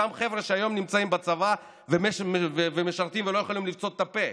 אותם חבר'ה שהיום נמצאים בצבא ומשרתים לא יכולים לפצות פה,